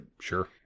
Sure